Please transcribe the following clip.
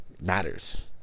matters